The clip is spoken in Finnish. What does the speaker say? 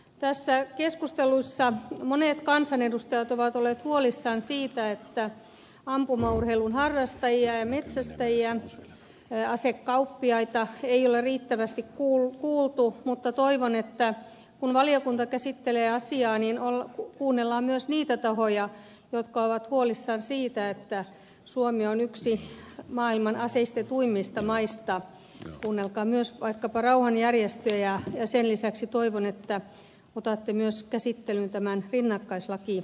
tässä keskustelussa monet kansanedustajat ovat olleet huolissaan siitä että ampumaurheilun harrastajia ja metsästäjiä asekauppiaita ei ole riittävästi kuultu mutta toivon että kun valiokunta käsittelee asiaa niin kuunnellaan myös niitä tahoja jotka ovat huolissaan siitä että suomi on yksi maailman aseistetuimmista maista kuunnelkaa myös vaikkapa rauhanjärjestöjä ja sen lisäksi toivon että otatte myös käsittelyyn tämän rinnakkaislakialoitteeni